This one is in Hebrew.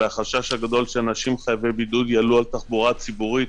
והחשש הגדול הוא שאנשים חייבי בידוד יעלו על תחבורה ציבורית,